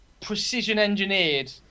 precision-engineered